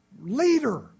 leader